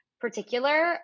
particular